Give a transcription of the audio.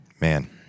man